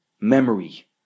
memory